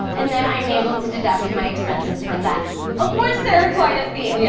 and then i'm able to deduct my expenses from that. of which there are quite a few. yeah.